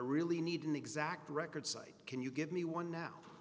really need an exact record cite can you give me one now